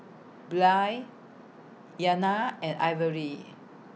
Blair Iyana and Ivory